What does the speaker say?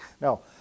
No